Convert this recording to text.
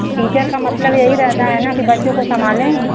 तो टीचर का मतलब यही रहता है ना कि बच्चों को संभालें